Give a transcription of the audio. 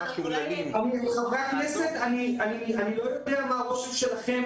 חברי הכנסת, אני לא יודע מה הרושם שלכם.